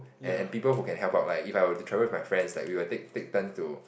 and and people who can help out like if I will travel with my friends like we will take take turn to